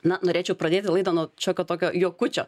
na norėčiau pradėti laidą nuo šiokio tokio juokučio